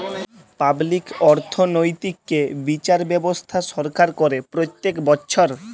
public অর্থনৈতিক্যে বিচার ব্যবস্থা সরকার করে প্রত্যক বচ্ছর